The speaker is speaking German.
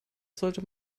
sollte